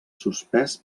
suspès